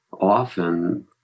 often